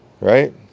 right